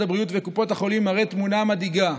הבריאות וקופות החולים מראה תמונה מדאיגה.